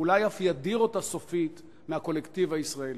ואולי אף ידיר אותם סופית מהקולקטיב הישראלי.